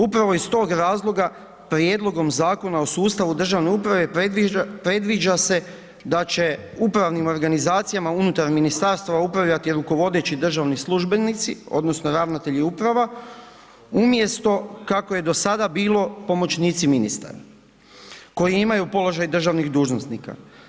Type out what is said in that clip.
Upravo iz tog razloga prijedlogom Zakona o sustavu državne uprave predviđa se da će upravnim organizacijama unutar ministarstava upravljati rukovodeći državni službenici odnosno ravnatelji uprava umjesto kako je do sada bilo pomoćnici ministara koji imaju položaj državnih dužnosnika.